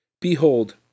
Behold